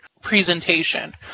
presentation